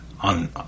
on